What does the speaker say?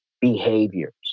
behaviors